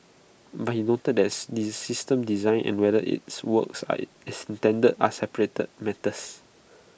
but he noted that's this system's design and whether its works as intended are separate matters